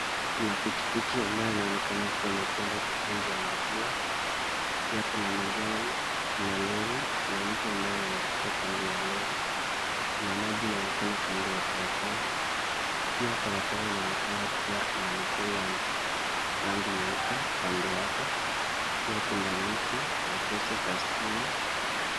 Kuna pikipiki ambayo inaonekana kuwa imebeba mitungi ya maziwa, pia kuna magari kuna lori kuna mtu ambaye anapita kando ya lori kuna maji inaonekana kando ya barabara pia barabara inaonekana kuwa inamichoro ya rangi nyeupe kando yake pia kuna miti kuna posti za stima.